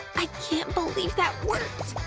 i can't believe that worked!